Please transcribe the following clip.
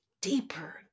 deeper